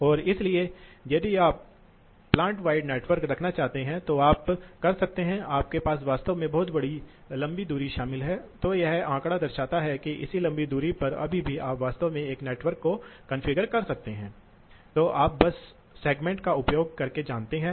तो कभी कभी घर अनुप्रयोगों के वेंटिलेशन HVAC अनुप्रयोगों के लिए इस तरह के नियंत्रण का उपयोग किया जाता है लेकिन आमतौर पर औद्योगिक उपयोग नहीं किया जाता है